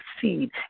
seed